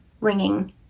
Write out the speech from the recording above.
ringing